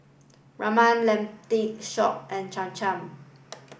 Ramen Lentil Shop and Cham Cham